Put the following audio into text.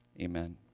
Amen